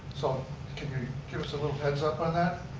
so can you give us a little heads up on that?